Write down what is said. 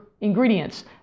ingredients